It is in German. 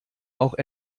auch